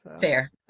fair